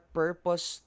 purpose